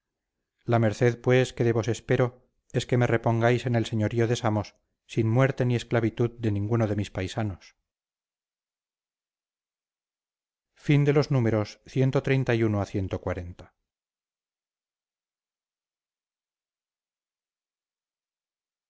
la merced pues que de vos espero es que me repongáis en el señorío de samos sin muerte ni esclavitud de ninguno de mis paisanos cxli